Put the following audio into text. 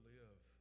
live